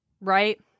right